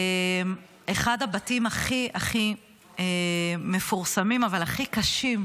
אחד הבתים הכי מפורסמים אבל הכי קשים,